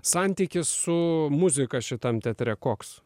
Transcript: santykis su muzika šitam teatre koks